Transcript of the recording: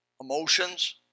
emotions